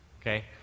Okay